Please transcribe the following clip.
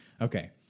Okay